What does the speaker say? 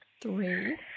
three